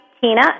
Tina